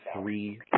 three